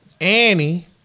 Annie